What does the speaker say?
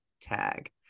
tag